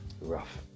rough